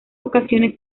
ocasiones